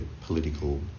political